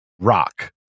rock